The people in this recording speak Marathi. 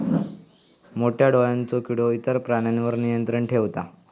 मोठ्या डोळ्यांचो किडो इतर प्राण्यांवर नियंत्रण ठेवता